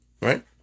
Right